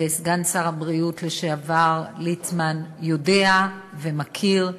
וסגן שר הבריאות לשעבר ליצמן יודע ומכיר,